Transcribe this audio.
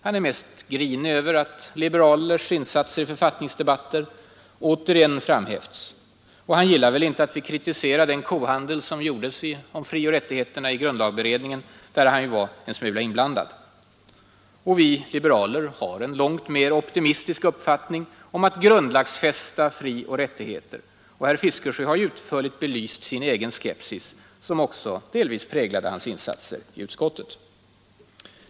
Han är mest grinig över att liberalers insatser i författningsdebatter återigen framhävts. Och han gillar väl inte att vi kritiserar den kohandel som gjordes om frioch rättigheterna i grundlagberedningen, där han ju var en smula inblandad. Vi liberaler har en långt mer optimistisk uppfattning om grundlagsfästa frioch rättigheter. Herr Fiskesjö har utförligt belyst sin egen skepsis, som också delvis präglade hans insatser i utskottet.